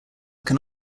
can